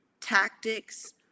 tactics